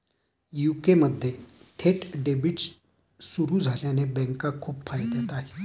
UK मध्ये थेट debit सुरू झाल्याने बँका खूप फायद्यात आहे